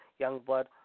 Youngblood